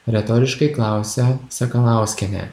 retoriškai klausia sakalauskienė